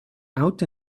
out